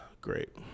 Great